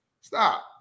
stop